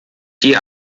die